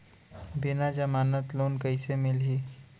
बिना जमानत लोन कइसे मिलही?